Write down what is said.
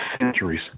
centuries